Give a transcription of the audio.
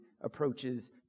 approaches